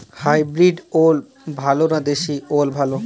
Hybrid ওল ভালো না দেশী ওল ভাল?